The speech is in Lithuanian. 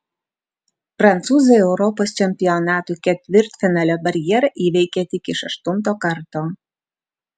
prancūzai europos čempionatų ketvirtfinalio barjerą įveikė tik iš aštunto karto